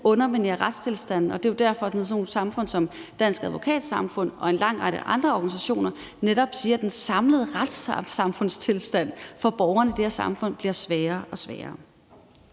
underminerer retstilstanden, og det er jo også derfor, at sådan nogle organisationer som Det Danske Advokatsamfund og en lang række andre organisationer netop siger, at den samlede retssamfundstilstand for borgerne i det her samfund bliver sværere og sværere,